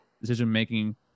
decision-making